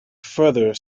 further